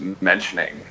mentioning